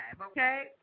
okay